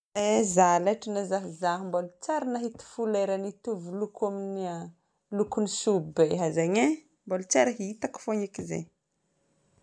Eeh za letry na zaho izaho mbola tsy ary nahita folera nitovy loko amin'ny any. Lokon'ny soabe zegny e. Mbola tsy ary hitako fôgna eky zegny.